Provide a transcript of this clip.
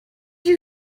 you